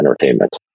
entertainment